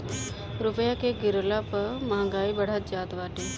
रूपया के गिरला पअ महंगाई बढ़त जात बाटे